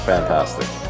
Fantastic